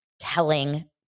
telling